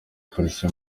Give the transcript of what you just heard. polisi